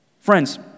friends